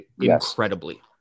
incredibly